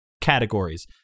categories